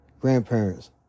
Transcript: grandparents